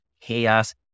chaos